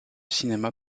cinéma